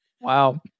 Wow